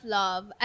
love